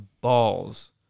balls